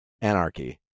anarchy